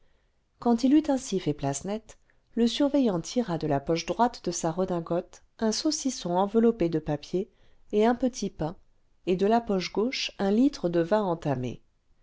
quand il eut ainsi fait place nette le surveillant tira de la poche droite de sa redingote un saucisson enveloppé de papier et un petit pain et de la poche gauche un litre de vin entamé